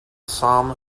somme